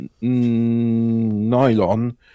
nylon